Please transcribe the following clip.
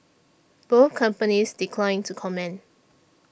both companies declined to comment